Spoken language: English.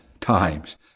times